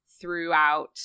throughout